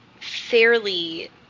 fairly